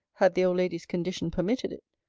had the old lady's condition permitted it?